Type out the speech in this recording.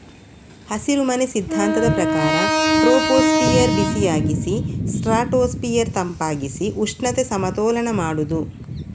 ಹಸಿರುಮನೆ ಸಿದ್ಧಾಂತದ ಪ್ರಕಾರ ಟ್ರೋಪೋಸ್ಫಿಯರ್ ಬಿಸಿಯಾಗಿಸಿ ಸ್ಟ್ರಾಟೋಸ್ಫಿಯರ್ ತಂಪಾಗಿಸಿ ಉಷ್ಣತೆ ಸಮತೋಲನ ಮಾಡುದು